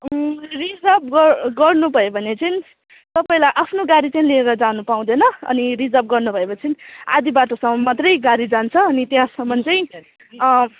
reserve ग गर्नुभयो भने चाहिँ तपाईँलाई आफ्नो गाडी चाहिँ लिएर जानु पाउँदैन अनि रिजर्भ गर्नु भएपछि आधा बाटोसम्म मात्रै गाडी जान्छ अनि त्यहाँसम्म चाहिँ